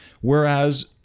Whereas